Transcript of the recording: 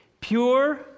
Pure